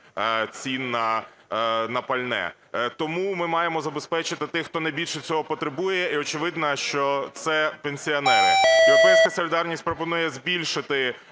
цін на пальне. Тому ми маємо забезпечити тих, хто найбільше цього потребує, і очевидно, що це пенсіонери. "Європейська солідарність" пропонує збільшити